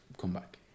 comeback